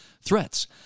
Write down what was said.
threats